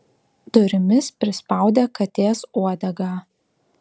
durimis prispaudė katės uodegą